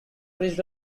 bridge